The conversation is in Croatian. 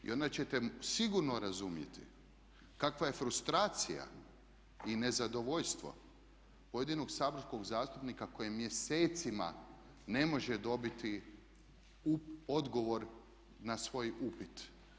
I onda ćete sigurno razumjeti kakva je frustracija i nezadovoljstvo pojedinog saborskog zastupnika koji mjesecima ne može dobiti odgovor na svoj upit.